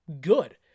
good